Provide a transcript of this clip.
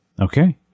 Okay